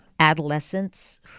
Adolescents